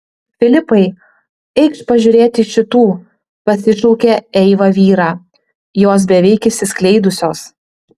filipai eikš pažiūrėti šitų pasišaukė eiva vyrą jos beveik išsiskleidusios